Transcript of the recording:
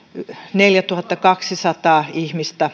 neljätuhattakaksisataa ihmistä